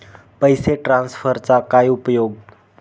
पैसे ट्रान्सफरचा काय उपयोग?